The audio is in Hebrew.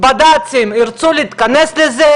הבד"צים ירצו להיכנס לזה?